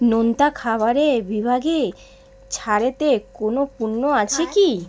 নোনতা খাবারের বিভাগে ছাড়েতে কোনও পণ্য আছে কি